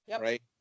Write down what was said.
right